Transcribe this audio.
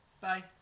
Bye